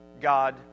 God